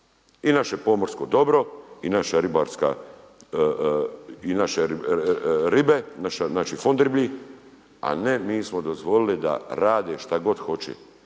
I naše pomorsko dobro i naša ribarska, naše ribe, naš fond riblji, a ne mi smo dozvolili da rade šta god hoće,